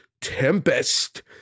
Tempest